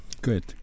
Good